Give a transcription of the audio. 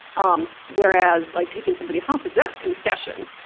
um whereas like taking somebody hostage, that's confession.